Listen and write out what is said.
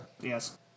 Yes